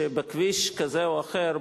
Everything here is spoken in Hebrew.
שבכביש כזה או אחר,